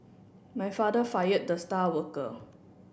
my father fired the star worker